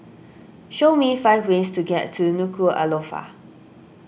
show me five ways to get to Nuku'alofa